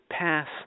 pass